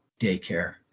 daycare